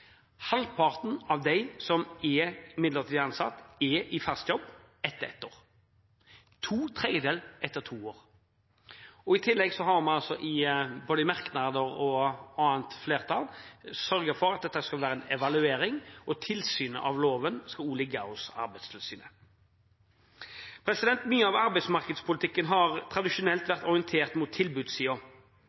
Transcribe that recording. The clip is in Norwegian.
Halvparten av dem som er midlertidig ansatt, er i fast jobb etter ett år og to tredjedeler etter to år. I tillegg har vi i merknader og i et annet flertall sørget for at det skal være en evaluering, og at tilsynet med loven skal ligge hos Arbeidstilsynet. Mye av arbeidsmarkedspolitikken har tradisjonelt vært orientert mot